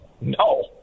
No